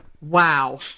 Wow